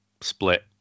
split